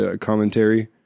commentary